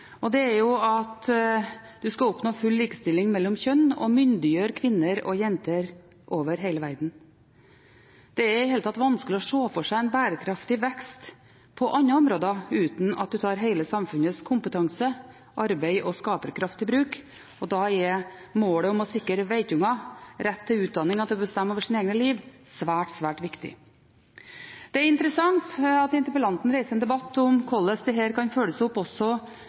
er at en skal oppnå full likestilling mellom kjønn og myndiggjøre kvinner og jenter over hele verden. Det er i det hele tatt vanskelig å se for seg en bærekraftig vekst på andre områder uten at en tar hele samfunnets kompetanse, arbeids- og skaperkraft i bruk, og da er målet om å sikre jentunger rett til utdanning og til å bestemme over eget liv svært, svært viktig. Det er interessant at interpellanten reiser en debatt om hvordan dette kan følges opp også